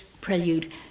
Prelude